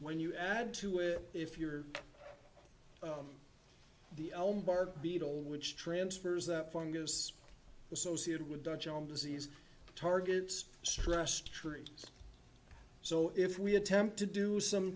when you add to it if you're the bark beetle which transfers the fungus associated with dutch elm disease targets stress trees so if we attempt to do some